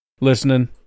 listening